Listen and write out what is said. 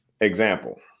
example